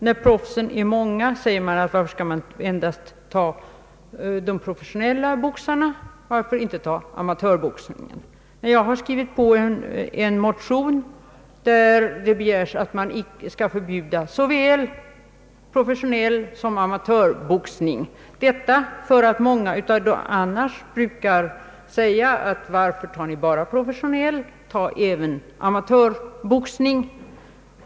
När proffsen är många säger man: Varför förbjuda endast professionell boxning, varför inte också amatörboxningen? Jag har skrivit på en motion, där det begärs att man skall förbjuda såväl professionell boxning som amatörboxning, detta för att många annars frågar varför vi vill förbjuda endast den professionella boxningen.